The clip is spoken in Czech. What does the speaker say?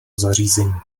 zařízení